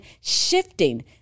shifting